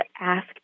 asked